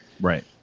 right